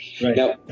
Now